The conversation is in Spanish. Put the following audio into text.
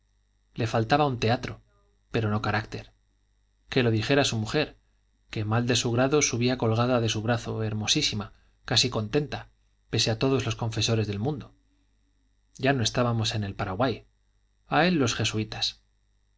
le faltaba un teatro pero no carácter que lo dijera su mujer que mal de su grado subía colgada de su brazo hermosísima casi contenta pese a todos los confesores del mundo ya no estábamos en el paraguay a él jesuitas